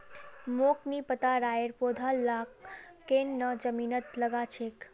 मोक नी पता राइर पौधा लाक केन न जमीनत लगा छेक